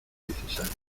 necesario